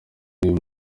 n’uyu